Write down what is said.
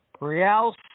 Real